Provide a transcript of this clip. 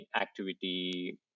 activity